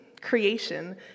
creation